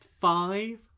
Five